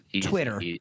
Twitter